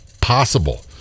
possible